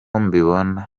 mbibona